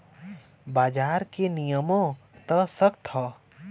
बाजार के नियमों त सख्त हौ